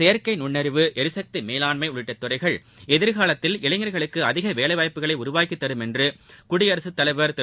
செயற்கை நுண்ணறிவு எரிசக்தி மேலாண்மை உள்ளிட்ட துறைகள் எதிர்காலத்தில் இளைஞர்களுக்கு அதிக வேலைவாய்ப்புகளை உருவாக்கி தரும் என்று குடியரசுத்தலைவர் திரு